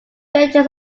villages